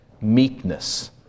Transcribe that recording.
meekness